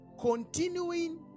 continuing